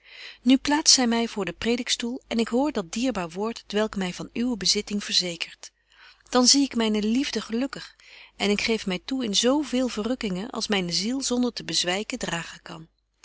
nu plaatst zy my voor den predikstoel en ik hoor dat dierbaar woord t welk my van uwe bezitting verzekert dan zie ik myne liefde gelukkig en ik geef my toe in zo veel verrukkingen als myne ziel zonder te bezwyken dragen kan